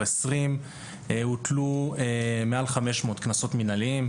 2020 הוטלו יותר מ-500 קנסות מנהליים,